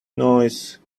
noise